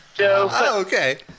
okay